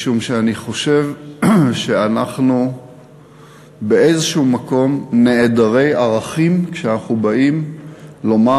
משום שאני חושב שאנחנו באיזשהו מקום נעדרי ערכים כשאנחנו באים לומר: